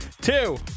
two